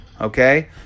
Okay